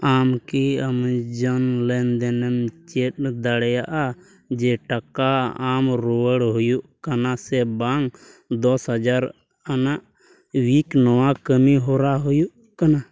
ᱟᱢᱠᱤ ᱮᱢᱟᱡᱚᱱ ᱞᱮᱱᱫᱮᱱᱮᱢ ᱪᱮᱫ ᱫᱟᱲᱮᱭᱟᱜᱼᱟ ᱡᱮ ᱴᱟᱠᱟ ᱮᱢᱨᱩᱣᱟᱹᱲ ᱦᱩᱭᱩᱜ ᱠᱟᱱᱟ ᱥᱮᱵᱟᱝ ᱫᱚᱥ ᱦᱟᱡᱟᱨ ᱟᱱᱟᱜ ᱩᱭᱤᱠ ᱱᱚᱣᱟ ᱠᱟᱹᱢᱤᱦᱚᱨᱟ ᱦᱩᱭᱩᱜ ᱠᱟᱱᱟ